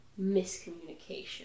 miscommunication